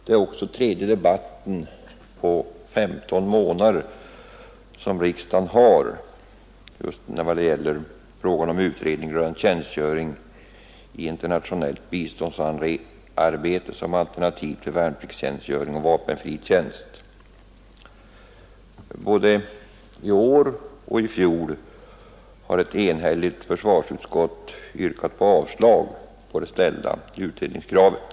Det är också den tredje debatten på femton månader som riksdagen har just i vad gäller frågan om utredning rörande tjänstgöring i internationellt biståndsarbete som alternativ till värnpliktstjänstgöring och vapenfri tjänst. Både i år och i fjol har ett enhälligt försvarsutskott yrkat avslag på det ställda utredningskravet.